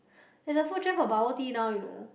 there's a food trend for bubble tea now you know